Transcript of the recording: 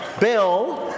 Bill